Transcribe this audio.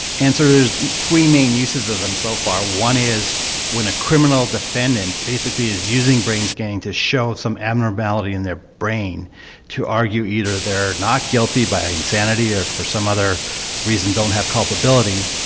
and so sort of there's three main uses of them so far. one is when a criminal defendant basically is using brain scanning to show some abnormality in their brain to argue either they're not guilty by insanity or for some other reason don't have culpability,